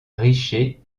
richer